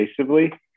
invasively